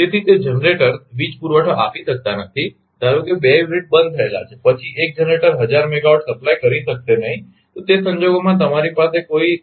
તેથી તે જનરેટર્સ વીજ પુરવઠો આપી શકતા નથી ધારો કે 2 યુનિટ બંધ થયેલા છે પછી 1 જનરેટર હજાર મેગાવાટ સપ્લાય કરી શકશે નહીં તો તે સંજોગોમાં તમારી પાસે કોઈ